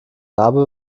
narbe